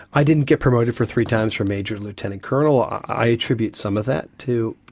i didn't get promoted for three times from major, lieutenant, colonel. i attribute some of that to,